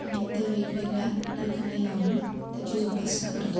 आणि ते वेगवेगळ्या ठिकाणी लावून त्याची जोपासना करतो